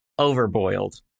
overboiled